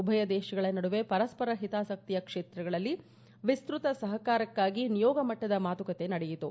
ಉಭಯ ದೇಶಗಳ ನಡುವೆ ಪರಸ್ವರ ಹಿತಾಸಕ್ತಿಯ ಕ್ಷೇತ್ರಗಳಲ್ಲಿ ವಿಸ್ತೃತ ಸಹಕಾರಕ್ಕಾಗಿ ನಿಯೋಗ ಮಟ್ಟದ ಮಾತುಕತೆ ನಡೆಯಿತು